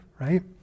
right